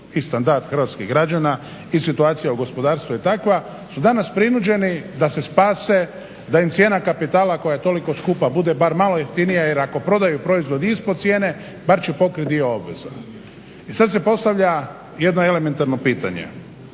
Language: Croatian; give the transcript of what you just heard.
i standard hrvatskih građana i situacija u gospodarstvu je takva su danas prinuđeni da se spase da im cijena kapitala koja je toliko skupa bude bar malo jeftinija, jer ako prodaju proizvod ispod cijene bar će pokriti dio obveza. I sad se postavlja jedno elementarno pitanje.